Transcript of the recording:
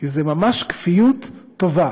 אותנו, כי זה ממש כפיות טובה